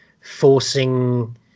forcing